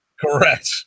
Correct